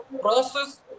process